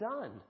done